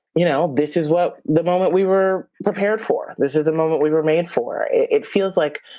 you know this is what the moment we were prepared for. this is the moment we were made for. it feels like